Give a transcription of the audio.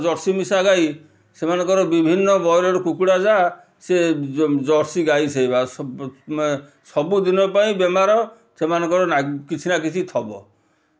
ଆପଣଙ୍କର ଜର୍ସି ମିଶା ଗାଈ ସେମାନଙ୍କର ବିଭିନ୍ନ ବ୍ରଏଲର୍ କୁକୁଡ଼ା ଯାହା ସେ ଜର୍ସି ଗାଈ ସେଇୟା ସବୁଦିନ ପାଇଁ ବେମାର ସେମାନଙ୍କର ନା କିଛି ନା କିଛି ଥିବ